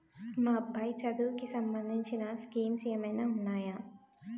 మా అబ్బాయి చదువుకి సంబందించిన స్కీమ్స్ ఏమైనా ఉన్నాయా?